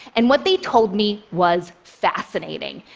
and what they told me was fascinating.